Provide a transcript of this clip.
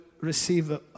receive